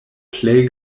plej